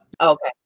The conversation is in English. okay